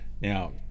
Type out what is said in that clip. Now